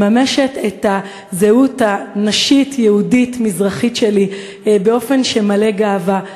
מממשת את הזהות הנשית-יהודית-מזרחית שלי באופן מלא גאווה,